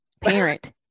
parent